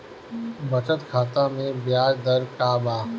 बचत खाता मे ब्याज दर का बा?